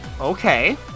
Okay